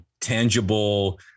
tangible